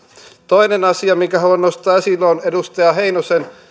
toinen asia minkä haluan nostaa esiin on edustaja heinosen